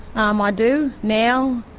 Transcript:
um ah do now.